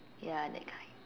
ya that kind